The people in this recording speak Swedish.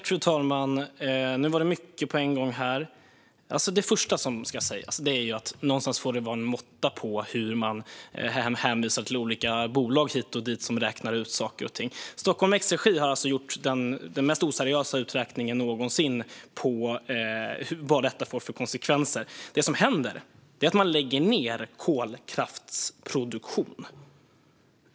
Fru talman! Nu var det mycket på en gång. Det första som ska sägas är att det någonstans får vara en måtta på hur man hänvisar till olika bolag hit och dit som räknar ut saker och ting. Stockholm Exergi har gjort den mest oseriösa uträkningen någonsin av vad detta får för konsekvenser. Det som händer är att man lägger ned kolkraftsproduktion.